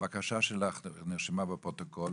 הבקשה שלך נרשמה בפרוטוקול